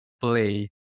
play